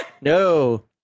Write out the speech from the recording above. No